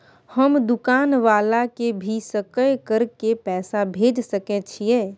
हम दुकान वाला के भी सकय कर के पैसा भेज सके छीयै?